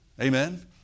Amen